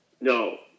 No